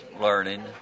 learning